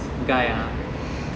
guy ah